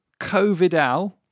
Covidal